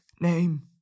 name